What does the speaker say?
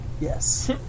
Yes